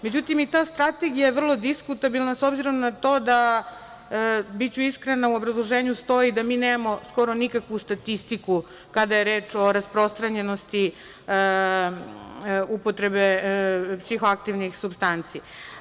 Međutim i ta strategija je vrlo diskutabilna, s obzirom na to, biću iskrena, u obrazloženju stoji, da mi nemamo skoro nikakvu statistiku kada je reč o rasprostanjenosti upotrebe psihoaktivnih supstanci.